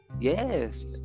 yes